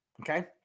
Okay